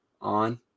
on